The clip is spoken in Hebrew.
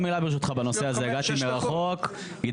מבקר המדינה אמר שצריך להחליט או-או,